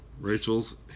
rachel's